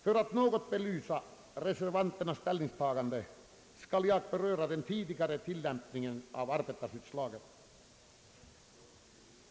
För att något belysa reservanternas ställningstagande skall jag beröra den tidigare tillämpningen av arbetarskyddslagen.